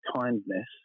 kindness